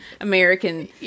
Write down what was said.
American